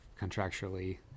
contractually